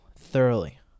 thoroughly